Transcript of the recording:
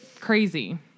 crazy